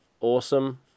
awesome